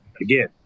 again